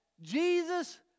Jesus